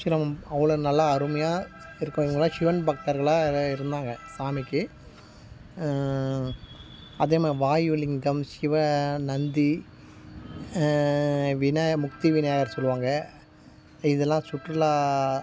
ஆஷ்ரமம் அவ்வளோ நல்லா அருமையாக இருக்கும் இங்கேலாம் ஷிவன் பக்தர்களாக எல்லாம் இருந்தாங்க சாமிக்கு அதே மாதிரி வாயு லிங்கம் ஷிவ நந்தி விநாய முக்தி விநாயகர் சொல்லுவாங்க இதல்லாம் சுற்றுலா